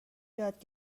یاد